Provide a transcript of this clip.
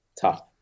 tough